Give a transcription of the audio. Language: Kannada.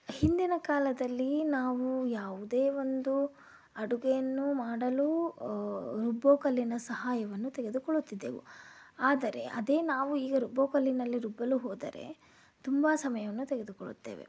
ಹಿಂದಿನ ಕಾಲದಲ್ಲಿ ನಾವು ಯಾವುದೇ ಒಂದು ಅಡುಗೆಯನ್ನು ಮಾಡಲು ರುಬ್ಬೋ ಕಲ್ಲಿನ ಸಹಾಯವನ್ನು ತೆಗೆದುಕೊಳ್ಳುತ್ತಿದ್ದೆವು ಆದರೆ ಅದೇ ನಾವು ಈಗ ರುಬ್ಬೋ ಕಲ್ಲಿನಲ್ಲಿ ರುಬ್ಬಲು ಹೋದರೆ ತುಂಬಾ ಸಮಯವನ್ನು ತೆಗೆದುಕೊಳ್ಳುತ್ತೇವೆ